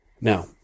Now